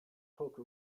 poke